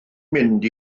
mynd